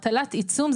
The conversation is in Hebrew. הטלת עיצום,